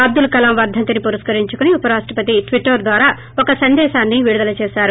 అబ్లుల్ కలామ్ వర్గంతిని పురస్కరించుకొని ఉప రాష్టపతి ట్విటర్ ద్వారా ఒక సందేశాన్ని విడుదల చేశారు